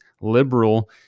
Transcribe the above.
liberal